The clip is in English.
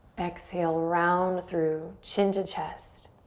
exhale, round through, chin to chest.